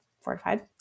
fortified